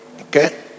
Okay